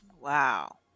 Wow